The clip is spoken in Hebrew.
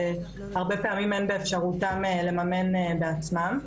שהרבה פעמים אין באפשרותם לממן בעצמם.